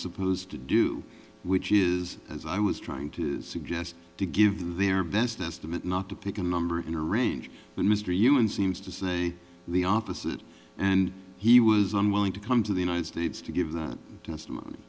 supposed to do which is as i was trying to suggest to give their best estimate not to pick a number in a range but mr human seems to say the opposite and he was unwilling to come to the united states to give that